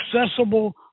accessible